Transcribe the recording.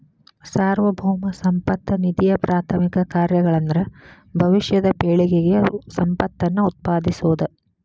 ಸಾರ್ವಭೌಮ ಸಂಪತ್ತ ನಿಧಿಯಪ್ರಾಥಮಿಕ ಕಾರ್ಯಗಳಂದ್ರ ಭವಿಷ್ಯದ ಪೇಳಿಗೆಗೆ ಸಂಪತ್ತನ್ನ ಉತ್ಪಾದಿಸೋದ